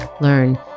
learn